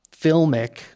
filmic